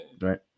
right